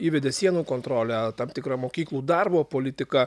įvedė sienų kontrolę tam tikrą mokyklų darbo politiką